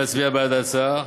להצביע בעד ההצעה.